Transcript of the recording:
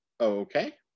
okay